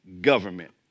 government